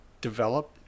develop